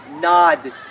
Nod